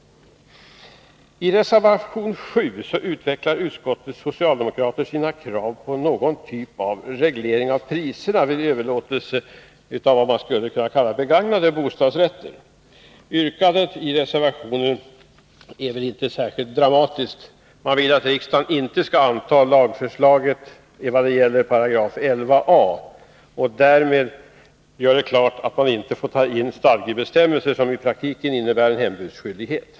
I reservation 7 utvecklar utskottets socialdemokrater sina krav på någon typ av reglering av priserna vid överlåtelse av ”begagnade” bostadsrätter. Yrkandet i reservationen är väl inte särskilt dramatiskt. Socialdemokraterna villatt riksdagen inte antar förslaget till 11 a §i bostadsrättslagen och därmed gör klart att man inte får ta in stadgebestämmelser, som i praktiken innebär en hembudsskyldighet.